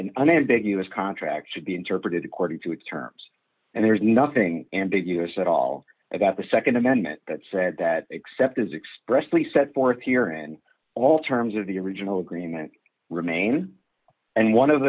an unambiguous contract should be interpreted according to its terms and there's nothing ambiguous at all about the nd amendment that said that except as expressed please set forth here and all terms of the original agreement remain and one of